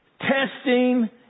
testing